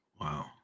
Wow